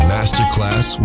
Masterclass